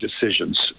decisions